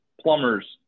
plumbers